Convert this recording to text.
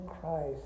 Christ